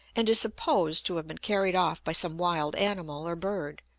and is supposed to have been carried off by some wild animal or bird,